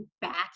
back